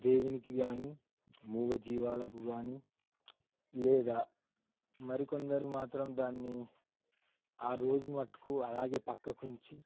దేవునికి గాని మూగజీవాలకు గానీ లేదా మరికొందరు మాత్రం దాన్ని ఆ రోజు మటుకు అలాగే పక్కకు ఉంచి